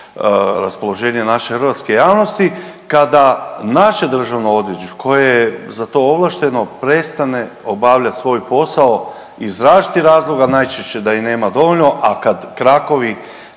raspoloženje naše hrvatske javnosti kada naše Državno odvjetništvo koje je za to ovlašteno prestane obavljati svoj posao iz različitih razloga najčešće da ih nema dovoljno, a kad krakovi